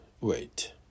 wait